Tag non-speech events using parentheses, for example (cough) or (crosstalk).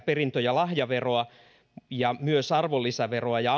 (unintelligible) perintö ja lahjaveron ja myös arvonlisäveron ja (unintelligible)